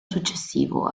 successivo